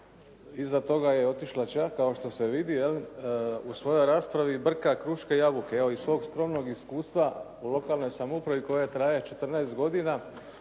Iza toga je otišla «ča» kao što se vidi jel'. U svojoj raspravi brka kruške i jabuke. Evo iz svog skromnog iskustva u lokalnoj samoupravi koja traje 14 godina